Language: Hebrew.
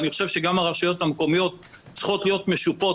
ואני חושב שגם הרשויות המקומיות צריכות להיות משופות